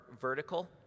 vertical